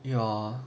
ya